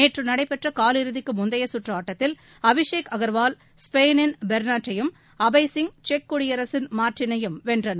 நேற்று நடைபெற்ற காலிறுதிக்கு முந்தைய கற்று ஆட்டத்தில் அபிஷேக் அகாவால் ஸ்பெயினின் பெர்னாட் டையும் அபய் சிங் செக் குடியரசின் மார்டினையும் வென்றனர்